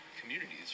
communities